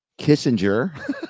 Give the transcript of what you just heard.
Kissinger